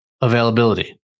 Availability